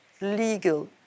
legal